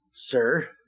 sir